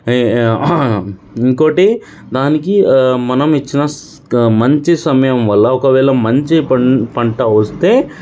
ఇంకోకటి దానికి మనం ఇచ్చిన మంచి సమయం వల్ల ఒక వేళ మంచి పం పంట వస్తే